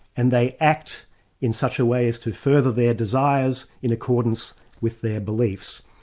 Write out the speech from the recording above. and they act in such a way as to further their desires in accordance with their beliefs.